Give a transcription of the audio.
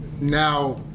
now